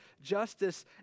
justice